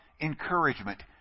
encouragement